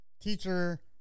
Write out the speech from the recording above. teacher